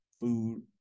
food